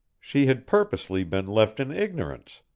she had purposely been left in ignorance,